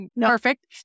perfect